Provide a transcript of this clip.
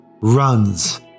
runs